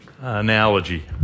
analogy